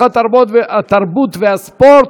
תודה.